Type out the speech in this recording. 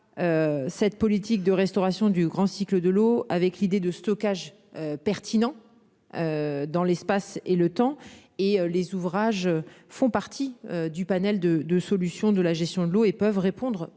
Cette politique de restauration du grand cycle de l'eau avec l'idée de stockage pertinent. Dans l'espace et le temps et les ouvrages font partie du panel de de solutions de la gestion de l'eau et peuvent répondre